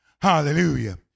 Hallelujah